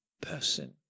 person